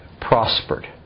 prospered